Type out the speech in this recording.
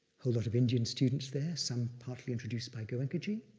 whole lot of indian students there, some partly introduced by goenkaji.